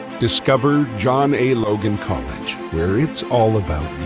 discover john a. logan college, where it's all about